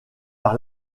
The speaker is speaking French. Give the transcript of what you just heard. par